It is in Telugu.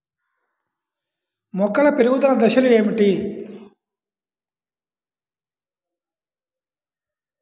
మొక్కల పెరుగుదల దశలు ఏమిటి?